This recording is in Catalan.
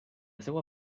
seua